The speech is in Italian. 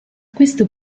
questo